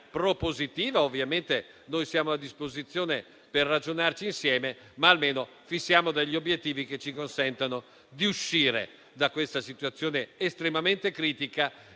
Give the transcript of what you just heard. propositiva. Ovviamente noi siamo a disposizione per ragionarci insieme, ma almeno fissiamo degli obiettivi che ci consentano di uscire dalla situazione estremamente critica